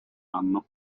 anno